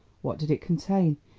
what did it contain?